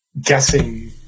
guessing